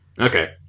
Okay